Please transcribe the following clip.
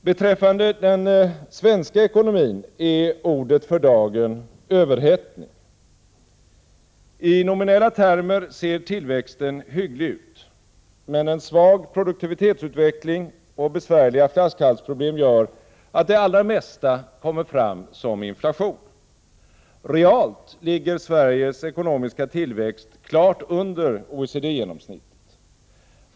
Beträffande den svenska ekonomin är ordet för dagen överhettning. I nominella termer ser tillväxten hygglig ut. Men en svag produktivitetsutveckling och besvärliga flaskhalsproblem gör att det allra mesta kommer fram som inflation. Realt ligger Sveriges ekonomiska tillväxt klart under OECD genomsnittet.